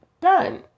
done